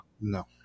No